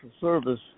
service